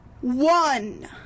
one